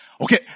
Okay